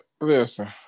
Listen